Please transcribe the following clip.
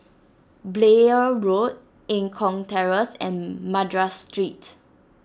Blair Road Eng Kong Terrace and Madras Street